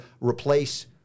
replace